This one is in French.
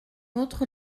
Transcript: autre